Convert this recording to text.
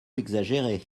exagéré